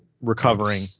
recovering